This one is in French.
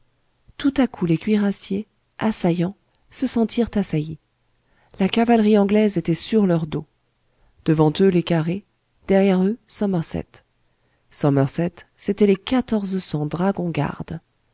tout à coup les cuirassiers assaillants se sentirent assaillis la cavalerie anglaise était sur leur dos devant eux les carrés derrière eux somerset somerset c'étaient les